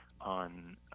on